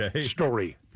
story